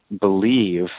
believe